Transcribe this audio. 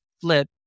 Flip